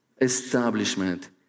establishment